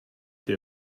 der